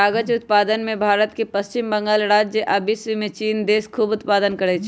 कागज़ उत्पादन में भारत के पश्चिम बंगाल राज्य आ विश्वमें चिन देश खूब उत्पादन करै छै